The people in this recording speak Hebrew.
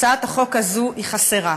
הצעת החוק הזאת היא חסרה,